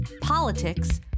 politics